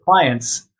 clients